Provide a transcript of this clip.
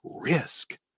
risk